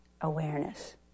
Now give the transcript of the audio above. awareness